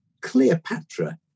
Cleopatra